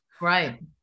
Right